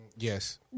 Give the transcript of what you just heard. Yes